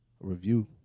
review